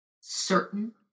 certain